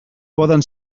poden